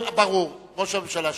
ראש הממשלה שמע.